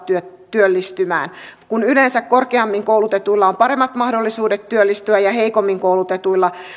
työllistymään kun yleensä korkeammin koulutetuilla on paremmat mahdollisuudet työllistyä ja heikommin koulutetuilla